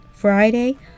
Friday